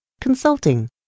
consulting